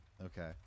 Okay